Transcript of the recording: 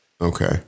Okay